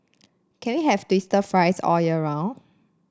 can we have twister fries all year round